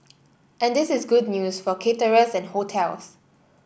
and this is good news for caterers and hotels